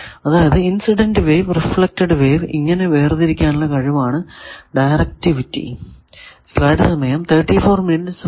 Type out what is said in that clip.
അതായതു incident wave reflected wave ഇങ്ങനെ വേർതിരിക്കാനുള്ള കഴിവാണ് ഡയറക്ടിവിറ്റി